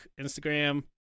Instagram